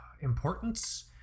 importance